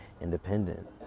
independent